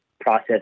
process